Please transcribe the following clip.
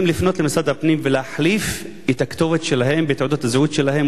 לפנות למשרד הפנים ולהחליף את הכתובת שלהם בתעודת הזהות שלהם,